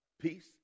Peace